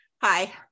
hi